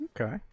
Okay